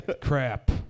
Crap